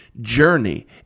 journey